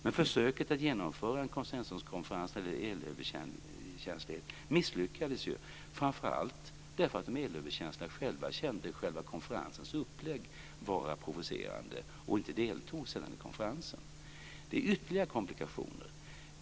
Men försöket att genomföra en konsensuskonferens för elöverkänslighet misslyckades ju, framför allt därför att de elöverkänsliga själva uppfattade själva konferensens upplägg som provocerande och sedan inte deltog i konferensen. Det finns ytterligare komplikationer.